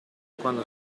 quando